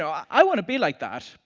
i want to be like that!